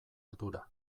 ardura